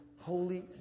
Holy